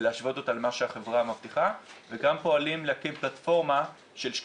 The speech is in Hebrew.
ולהשוות אותה למה שהחברה מבטיחה וגם פועלים להקים פלטפורמה של שקיפות,